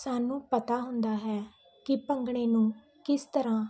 ਸਾਨੂੰ ਪਤਾ ਹੁੰਦਾ ਹੈ ਕਿ ਭੰਗੜੇ ਨੂੰ ਕਿਸ ਤਰ੍ਹਾਂ